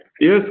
Yes